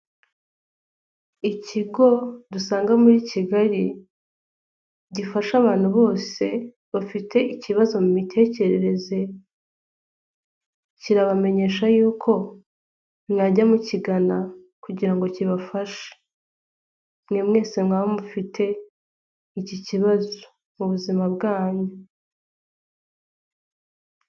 Ikigo dusanga muri Kigali, gifasha abantu bose bafite ikibazo mu mitekerereze, kirabamenyesha yuko mwajya mukigana kugira ngo kibafashe, mwe mwese mwaba mufite iki kibazo mu buzima bwanyu.